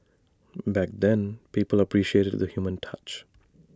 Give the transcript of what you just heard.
back then people appreciated the human touch